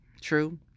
True